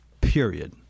period